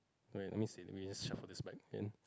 wait let me see let me just shuffle this back again